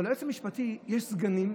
אבל ליועץ המשפטי יש סגנים,